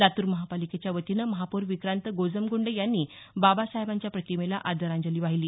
लातूर महापालिकेच्या वतीनं महापौर विक्रांत गोजमग़ंडे यांनी बाबासाहेबांच्या प्रतिमेला आदरांजली वाहिली